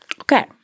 Okay